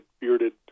bearded